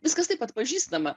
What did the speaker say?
viskas taip atpažįstama